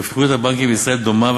רווחיות הבנקים בישראל דומה,